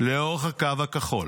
לאורך הקו הכחול.